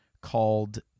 called